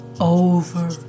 over